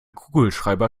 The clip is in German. kugelschreiber